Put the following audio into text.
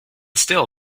still